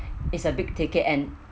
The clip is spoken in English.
it's a big ticket and